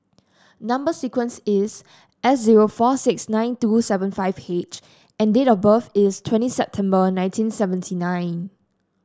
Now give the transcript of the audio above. number sequence is S zero four six nine two seven five H and date of birth is twenty September nineteen seventy nine